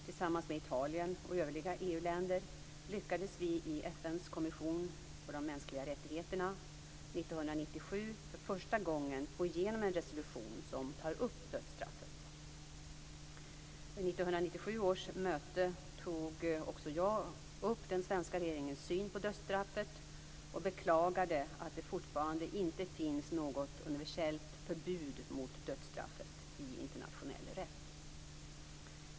Tillsammans med Italien och övriga EU-länder lyckades vi i FN:s kommission för de mänskliga rättigheterna 1997 för första gången få igenom en resolution som tar upp dödsstraffet. Vid 1997 års möte tog också jag upp den svenska regeringens syn på dödsstraffet och beklagade att det fortfarande inte finns något universellt förbud mot dödsstraffet i internationell rätt.